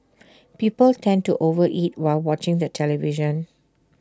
people tend to over eat while watching the television